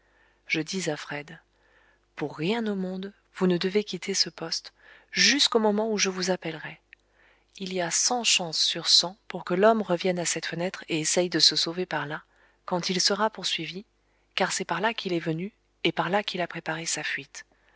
je dis à fred pour rien au monde vous ne devez quitter ce poste jusqu'au moment où je vous appellerai il y a cent chances sur cent pour que l'homme revienne à cette fenêtre et essaye de se sauver par là quand il sera poursuivi car c'est par là qu'il est venu et par là qu'il a préparé sa fuite